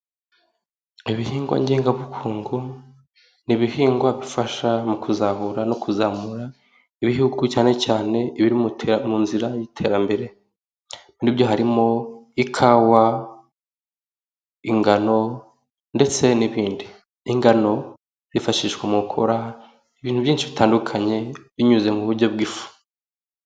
Ibihingwa ngengabukungu, ni ibihingwa bifasha mu kuzahura no kuzamura ibihugu cyane cyane ibiri mu nzira y'iterambere, ni byo harimo ikawa, ingano ndetse n'ibindi, ingano hifashishwa mu gukora ibintu byinshi bitandukanye binyuze mu buryo bw'ifu.